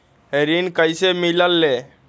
ऋण कईसे मिलल ले?